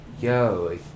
yo